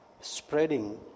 Spreading